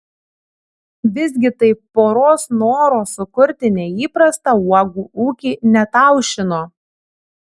visgi tai poros noro sukurti neįprastą uogų ūkį neataušino